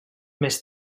més